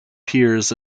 piers